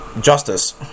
justice